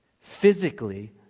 physically